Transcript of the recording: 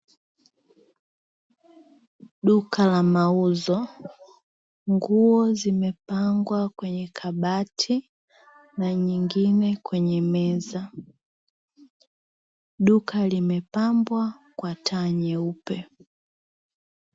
Duka la mauzo, nguo zimepangwa kwenye kabati na nyingine kwenye meza. Duka limepambwa kwa taa nyeupe.